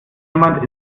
jemand